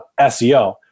SEO